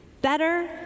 better